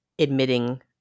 admitting